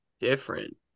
different